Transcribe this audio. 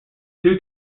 due